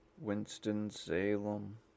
Winston-Salem